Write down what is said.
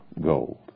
gold